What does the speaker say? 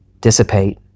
dissipate